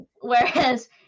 whereas